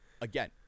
again